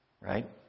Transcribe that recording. Right